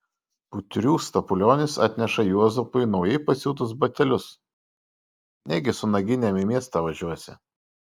putrių stapulionis atneša juozapui naujai pasiūtus batelius negi su naginėm į miestą važiuosi